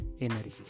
energy